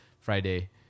Friday